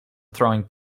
throwing